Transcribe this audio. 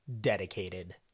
dedicated